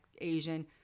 Asian